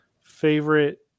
favorite